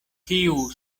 kiu